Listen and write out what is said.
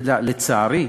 לצערי,